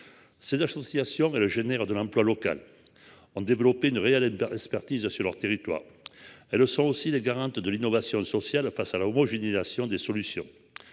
Cette association et le génère de l'emploi local en développé une réelle expertise sur leur territoire. Elles sont aussi les garante de l'innovation sociale face à la homogénéisation des solutions.